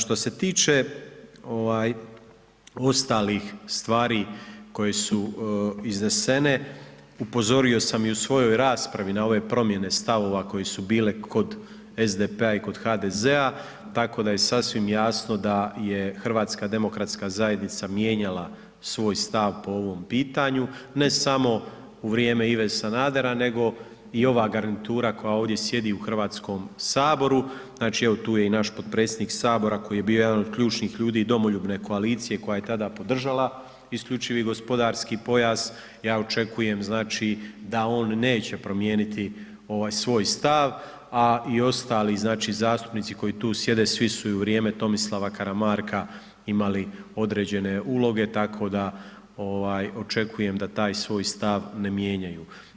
Što se tiče ovaj ostalih stvari koje su iznesene, upozorio sam i u svojoj raspravi na ove promjene stavova koje su bile kod SDP-a i kod HDZ-a, tako da je sasvim jasno da je HDZ mijenjala svoj stav po ovom pitanju, ne samo u vrijeme Ive Sanadera, nego i ova garnitura koja ovdje sjedi u Hrvatskom saboru, znači evo tu je i naš potpredsjednik koji je bio jedan od ključnih ljudi domoljubne koalicije koja je tada podržala isključivi gospodarski pojas, ja očekujem znači da on neće promijeniti ovaj svoj stav, a i ostali znači zastupnici koji tu sjede svi su i u vrijeme Tomislava Karamarka imali određene uloge, tako da ovaj očekujem da taj svoj stav ne mijenjaju.